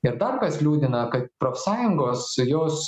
ir dar kas liūdina kad profsąjungos jos